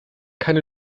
keine